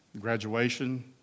graduation